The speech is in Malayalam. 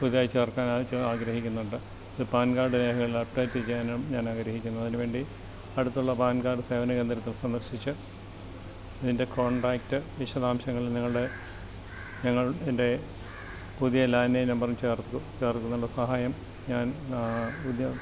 പുതുതായി ചേർക്കാനായിട്ട് ആഗ്രഹിക്കുന്നുണ്ട് അത് പാൻകാർഡ് രേഖകളിലും അപ്ഡേറ്റ് ചെയ്യാനും ഞാനാഗ്രഹിക്കുന്നു അതിന് വേണ്ടി അടുത്തുള്ള പാൻകാർഡ് സേവന കേന്ദ്രത്തിൽ സന്ദർശിച്ച് ഇതിൻ്റെ കോൺടാക്ട് വിശദാംശങ്ങൾ നിങ്ങളുടെ ഞങ്ങൾ ഇതിൻ്റെ പുതിയ ലാൻഡ്ലൈൻ നമ്പറും ചേർത്തു ചേർക്കുന്നതിനുള്ള സഹായം ഞാൻ പുതിയ